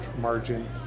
margin